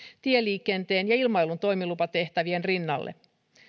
tieliikenteen ja ilmailun toimilupatehtävien rinnalle